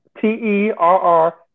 T-E-R-R